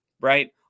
right